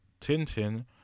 Tintin